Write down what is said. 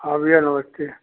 हाँ भैया नमस्ते